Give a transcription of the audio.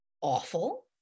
awful